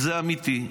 וזה אמיתי,